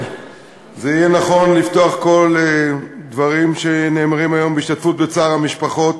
יהיה נכון לפתוח כל דברים שנאמרים היום בהשתתפות בצער המשפחות